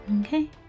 okay